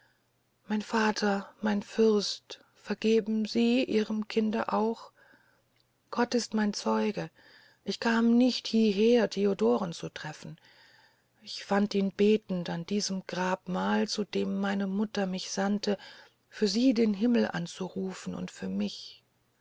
mein vater mein fürst vergeben sie ihrem kinde auch gott ist mein zeuge ich kam nicht hieher theodoren zu treffen ich fand ihn betend an diesem grabmal zu dem meine mutter mich sandte für sie den himmel anzurufen und für sich